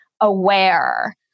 aware